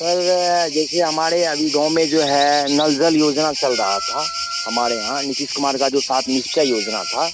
sir जैसे हमारे अभी गाँव में जो है नल जल योजना चल रही थी हमारे यहाँ नीतीश कुमार की जो सात निश्चय योजना थी